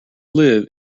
live